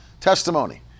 testimony